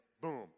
boom